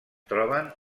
troben